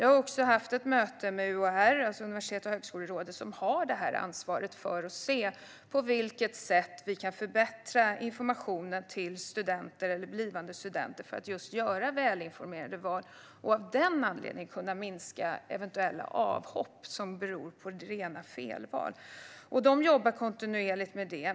Jag har haft ett möte med UHR, alltså Universitets och högskolerådet, som har ansvar för på vilket sätt vi kan förbättra informationen till studenter eller blivande studenter för att de ska kunna göra välinformerade val så att antalet avhopp som beror på rena felval kan minska. De jobbar kontinuerligt med det.